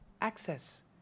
Access